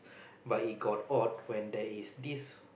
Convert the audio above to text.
but it got odd when there is this